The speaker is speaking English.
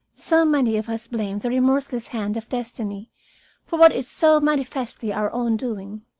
so many of us blame the remorseless hand of destiny for what is so manifestly our own doing.